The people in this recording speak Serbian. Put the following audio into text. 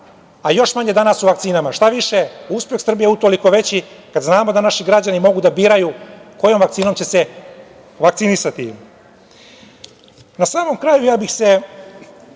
a još manje danas o vakcinama. Štaviše uspeh Srbije je utoliko veći kada znamo da naši građani mogu da biraju kojom vakcinom će se vakcinisati. Na samom kraju ja bih se